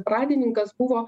pradininkas buvo